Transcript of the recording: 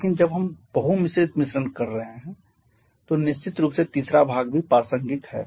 लेकिन जब हम बहु मिश्रित मिश्रण कर रहे हैं तो निश्चित रूप से तीसरा भाग भी प्रासंगिक है